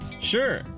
Sure